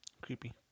Creepy